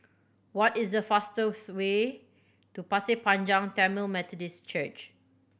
what is the fastest way to Pasir Panjang Tamil Methodist Church